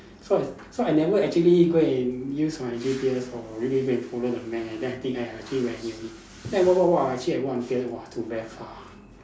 so I so I never actually go and use my G_P_S or really go and follow the map then I think I I think very near only then I walk walk walk actually I walk until !wah! to very far